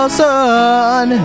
son